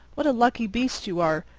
what a lucky beast you are!